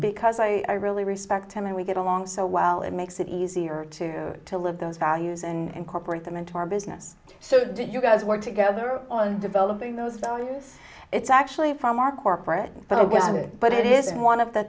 because i really respect him and we get along so well it makes it easier to to live those values and incorporate them into our business so did you guys work together on developing those values it's actually from our corporate but i get it but it isn't one of the